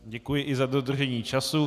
Děkuji i za dodržení času.